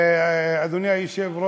אז עכשיו,